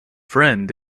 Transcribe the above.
friend